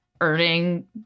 earning